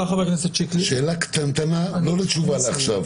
שאלה קטנה, לא נדרשת תשובה עכשיו.